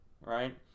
right